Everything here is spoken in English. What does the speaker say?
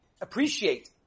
appreciate